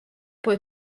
poi